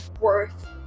worth